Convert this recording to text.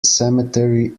cemetery